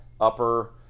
upper